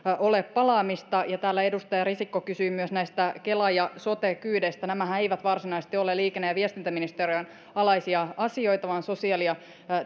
ole palaamista täällä edustaja risikko kysyi myös kela ja sote kyydeistä nämähän eivät varsinaisesti ole liikenne ja viestintäministeriön alaisia asioita vaan sosiaali ja